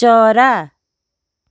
चरा